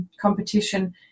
competition